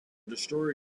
destroyer